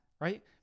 right